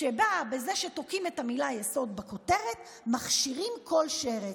שבה בזה שתוקעים את המילה "יסוד" בכותרת מכשירים כל שרץ.